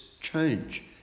change